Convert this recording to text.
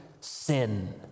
sin